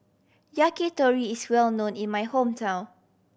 yakitori is well known in my hometown